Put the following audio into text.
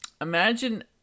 imagine